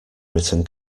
written